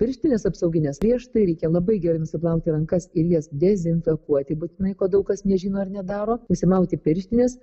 pirštines apsaugines griežtai reikia labai gerai nusiplauti rankas ir jas dezinfekuoti būtinai ko daug kas nežino ar nedaro nusimauti pirštines